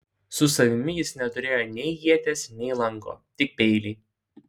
su savimi jis neturėjo nei ieties nei lanko tik peilį